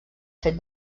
fet